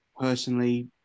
personally